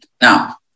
Now